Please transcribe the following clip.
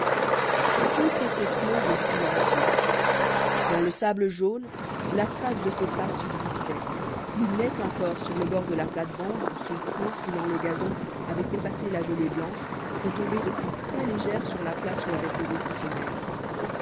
tout était clos et silencieux dans le sable jaune la trace de ses pas subsistait plus nette encore sur le bord de la platebande où son pied foulant le gazon avait effacé la gelée blanche retombée depuis très légère sur la place où avait posé sa semelle